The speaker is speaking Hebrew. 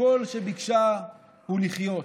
שכל שביקשה הוא לחיות.